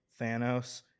Thanos